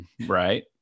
right